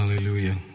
Hallelujah